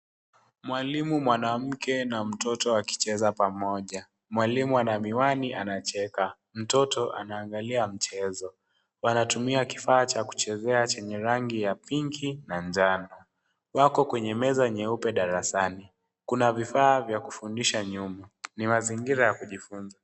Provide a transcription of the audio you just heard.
Mwalimu mwanamke na mtoto wakicheza pamoja. Mwalimu ana miwani anacheka, mtoto anaangalia mchezo. Wanatumia kifaa cha kuchezea chenye rangi ya pinki na njano. Wako kwenye meza nyeupe darasani. Kuna vifaa vya kufundisha nyuma. Ni mazingira ya kijifunza.